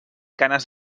ganes